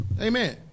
Amen